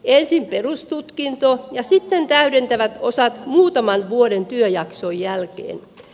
ensin perustutkinto ja sitten täydentävät osat muutaman vuoden työjakson jälkeen